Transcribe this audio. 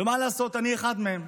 ומה לעשות, אני אחד מהם.